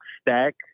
stack